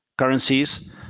currencies